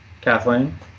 Kathleen